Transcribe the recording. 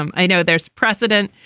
um i know there's precedent.